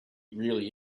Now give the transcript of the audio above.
really